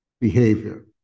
behavior